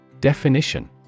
Definition